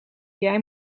jij